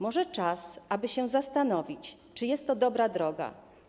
Może czas, aby się zastanowić, czy jest to dobra droga.